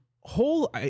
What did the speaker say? whole